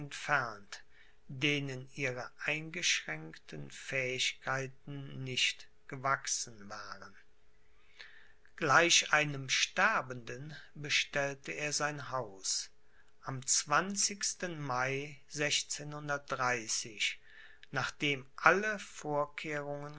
denen ihre eingeschränkten fähigkeiten nicht gewachsen waren gleich einem sterbenden bestellte er sein haus am mai nachdem alle vorkehrungen